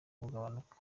bigabanuka